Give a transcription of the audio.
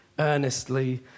earnestly